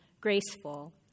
graceful